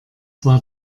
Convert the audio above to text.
war